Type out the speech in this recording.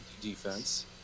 defense